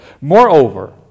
Moreover